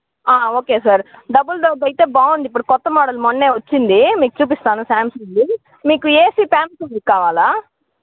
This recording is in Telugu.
ఓకే సార్ డబుల్ డోర్ది అయితే బాగుంది ఇప్పుడు కొత్త మోడల్ మొన్న వచ్చింది మీకు చూపిస్తాను శాంసంగ్ది మీకు ఏసీ ప్యానసోనిక్ కావాలా